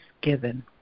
given